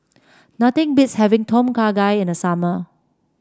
nothing beats having Tom Kha Gai in the summer